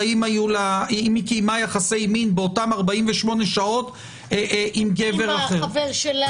אם היא קיימה יחסי מין באותם 48 שעות עם גבר אחר חבר,